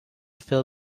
fill